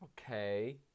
Okay